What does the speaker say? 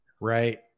Right